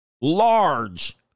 large